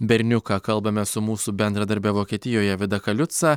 berniuką kalbame su mūsų bendradarbe vokietijoje vida kaliutsa